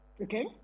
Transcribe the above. okay